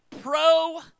pro